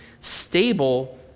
stable